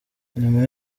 nyuma